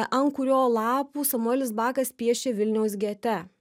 ant kurio lapų samuelis bakas piešė vilniaus gete